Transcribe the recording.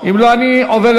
אם לא, מוותרת.